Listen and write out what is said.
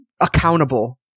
accountable